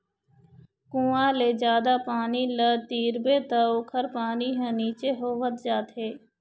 कुँआ ले जादा पानी ल तिरबे त ओखर पानी ह नीचे होवत जाथे